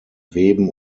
weben